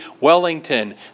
Wellington